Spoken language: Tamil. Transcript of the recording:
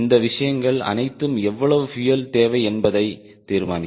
இந்த விஷயங்கள் அனைத்தும் எவ்வளவு பியூயல் தேவை என்பதை தீர்மானிக்கும்